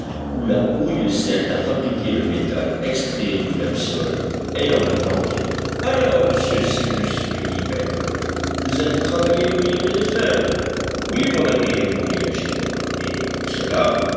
où la houille sert à fabriquer le métal extrait du même sol et en même temps qu'elle alors monsieur cyrus lui dit pencroff nous allons travailler le minerai de fer oui mon ami répondit l'ingénieur et pour cela